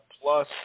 plus